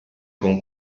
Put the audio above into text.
con